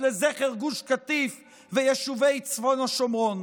לזכר גוש קטיף ויישובי צפון השומרון,